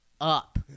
up